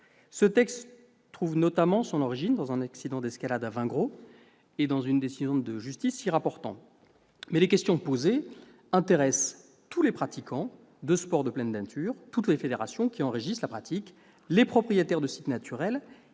Ce texte trouve notamment son origine dans un accident d'escalade à Vingrau et dans une décision de justice s'y rapportant. Mais les questions posées intéressent tous les pratiquants de sport de pleine nature, l'ensemble des fédérations qui en régissent la pratique, les propriétaires de sites naturels